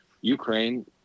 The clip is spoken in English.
Ukraine